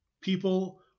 people